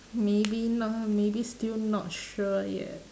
maybe not maybe still not sure yet